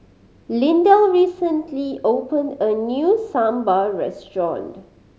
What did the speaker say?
Lydell recently opened a new Sambar restaurant